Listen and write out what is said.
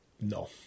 no